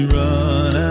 run